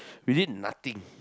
we did nothing